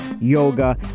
Yoga